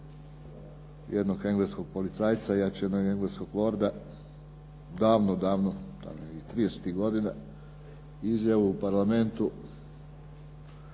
jednog engleskog policajca, ja ću jednog engleskog lorda davno, davno, tamo negdje '30.-tih godina, izjavu u parlamentu